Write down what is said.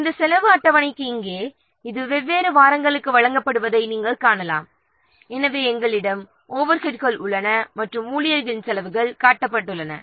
எனவே இது வெவ்வேறு வாரங்களுக்கு வழங்கப்படுவதை நாம் காணலாம் எனவே நம்மிடம் ஓவர்ஹெட்கள் உள்ளன மற்றும் ஊழியர்களின் செலவுகள் காட்டப்படுகின்றன